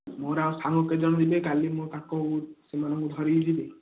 ମୋର ଆଉ ସାଙ୍ଗ କେତେଜଣ ଯିବେ କାଲି ମୁଁ ତାଙ୍କୁ ସେମାନଙ୍କୁ ଧରିକି ଯିବି